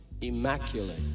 immaculate